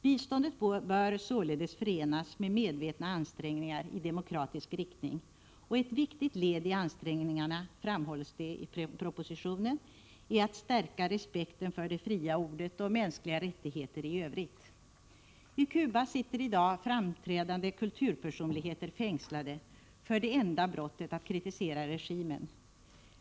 Biståndet bör således förenas med medvetna ansträngningar i demokratisk riktning, och ett viktigt led i ansträngningarna, framhålls det i propositionen, är att stärka respekten för det fria ordet och mänskliga rättigheter i övrigt. I Cuba sitter i dag framstående kulturpersonligheter fängslade för det enda brottet att kritisera regimen.